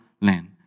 land